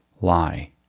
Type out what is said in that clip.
lie